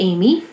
Amy